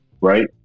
Right